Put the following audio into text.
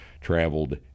traveled